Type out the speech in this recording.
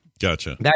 Gotcha